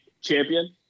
champion